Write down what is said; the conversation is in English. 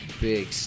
big